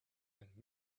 and